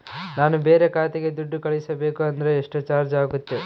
ನಾನು ಬೇರೆ ಖಾತೆಗೆ ದುಡ್ಡು ಕಳಿಸಬೇಕು ಅಂದ್ರ ಎಷ್ಟು ಚಾರ್ಜ್ ಆಗುತ್ತೆ?